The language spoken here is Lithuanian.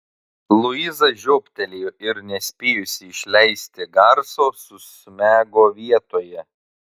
luiza žiobtelėjo ir nespėjusi išleisti garso susmego vietoje